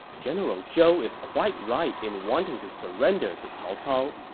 general zhou is quite right in wanting to surrender to cao cao,